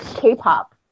k-pop